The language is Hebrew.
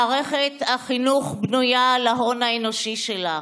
מערכת החינוך בנויה על ההון האנושי שלה.